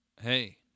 Hey